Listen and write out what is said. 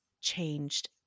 changed